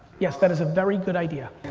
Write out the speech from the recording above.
yes, that is a very good idea.